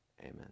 Amen